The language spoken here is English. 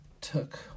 took